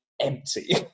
empty